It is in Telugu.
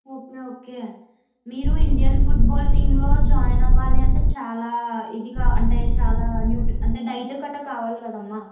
ఓకే ఓకే మీరు ఇండియన్ ఫుట్బాల్ టీంలో జాయిన్ అవ్వాలి అంటే చాలా ఇదిగా అంటే చాలా న్యూ టు అంటే డైట్ కట్ట కావాలి కదమ్మా